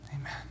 Amen